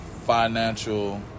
financial